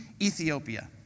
Ethiopia